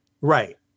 Right